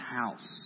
house